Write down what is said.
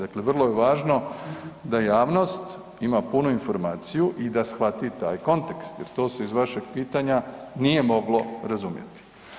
Dakle, vrlo je važno da javnost ima punu informaciju i da shvati taj kontekst jer to se iz vašeg pitanja nije moglo razumjeti.